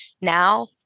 now